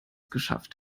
geschafft